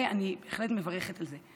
ואני בהחלט מברכת על זה.